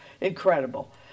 incredible